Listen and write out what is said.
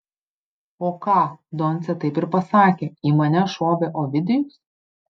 o ką doncė taip ir pasakė į mane šovė ovidijus